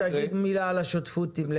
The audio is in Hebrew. חיים, תגיד מילה על השותפות עם לקט.